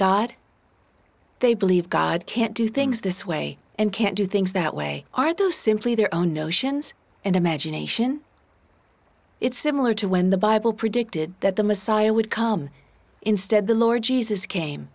god they believe god can't do things this way and can't do things that way are those simply their own notions and imagination it's similar to when the bible predicted that the messiah would come instead the lord jesus came